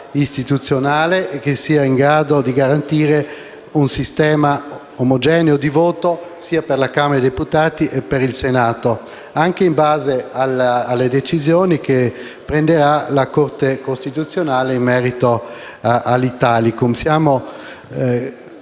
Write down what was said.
istituzionale e che sia in grado di garantire un sistema omogeneo di voto, per la Camera dei deputati e per il Senato, anche in base alle decisioni che assumerà la Corte costituzionale in merito all'Italicum. Siamo